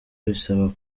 bisaba